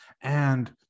And-